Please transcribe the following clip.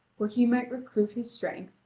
where he might recruit his strength,